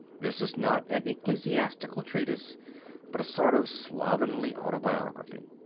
this is not an ecclesiastical treatise but a sort of slovenly autobiography.